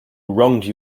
wronged